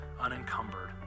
unencumbered